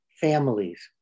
families